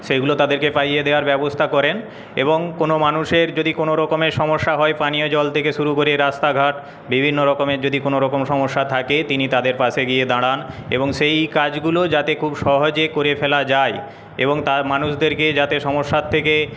সেগুলো তাদেরকে পাইয়ে দেওয়ার ব্যবস্থা করেন এবং কোন মানুষের যদি কোন রকমের সমস্যা হয় পানীয় জল থেকে শুরু করে রাস্তাঘাট বিভিন্ন রকমের যদি কোনরকম সমস্যা থাকে তিনি তাদের পাশে গিয়ে দাঁড়ান এবং সেই কাজগুলো যাতে খুব সহজে করে ফেলা যায় এবং তার মানুষদেরকে যাতে সমস্যার থেকে